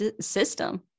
system